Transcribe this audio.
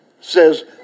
Says